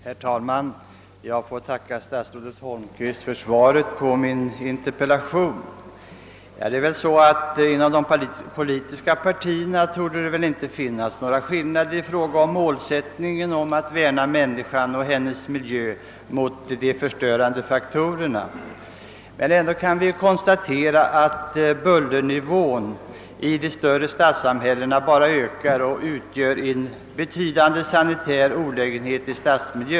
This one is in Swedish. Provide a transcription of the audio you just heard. Herr talman! Jag vill tacka statsrådet Holmqvist för svaret på min interpellation. Det torde inte finnas några skiljaktigheter mellan de olika partierna i fråga om målsättningen att värna människan och hennes miljö mot de förstörande faktorerna. Ändå kan vi konstatera att bullernivån i de större städerna bara ökar och utgör en betydande sanitär olägenhet i stadsmiljön.